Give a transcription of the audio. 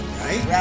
right